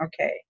Okay